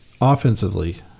offensively